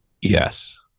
Yes